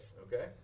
okay